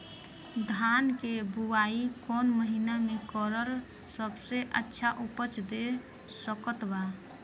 धान के बुआई कौन महीना मे करल सबसे अच्छा उपज दे सकत बा?